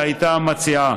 שהייתה המציעה.